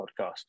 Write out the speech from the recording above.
podcast